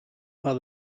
are